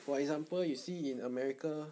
for example you see in america